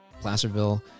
Placerville